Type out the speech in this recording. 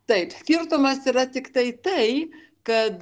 taip skirtumas yra tiktai tai kad